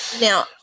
Now